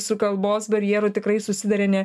su kalbos barjeru tikrai susiduria ne